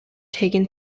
taken